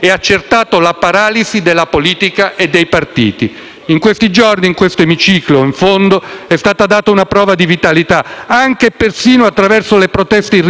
in questi giorni, in questo emiciclo è stata data una prova di vitalità, anche e persino attraverso le proteste irrituali di alcune delle forze che si oppongono a questo